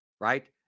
right